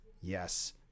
yes